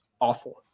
awful